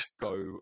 go